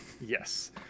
Yes